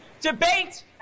debate